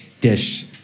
dish